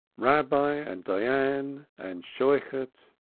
rabbi and dayan and shochet,